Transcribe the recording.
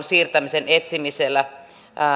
siirtämisen etsimisellä